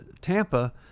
Tampa